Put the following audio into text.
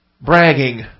bragging